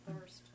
Thirst